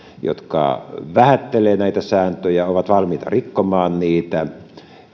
jotka vähättelevät näitä sääntöjä ovat valmiita rikkomaan niitä